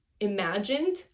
imagined